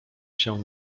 się